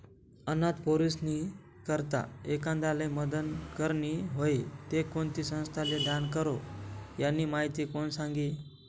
अनाथ पोरीस्नी करता एखांदाले मदत करनी व्हयी ते कोणती संस्थाले दान करो, यानी माहिती कोण सांगी